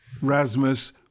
Rasmus